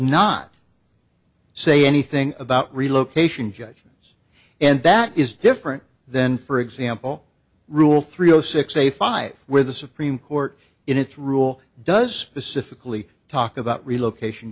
not say anything about relocation judgment and that is different then for example rule three zero six a five where the supreme court in its rule does specifically talk about relocation